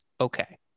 Okay